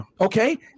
okay